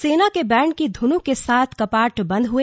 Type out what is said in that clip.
सेना के बैंड की धुनों के साथ कपाट बंद हुए